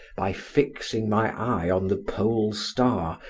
by fixing my eye on the pole-star,